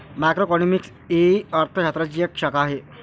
macroeconomics ही अर्थ शास्त्राची एक शाखा आहे